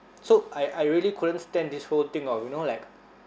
so I I really couldn't stand this whole thing of you know like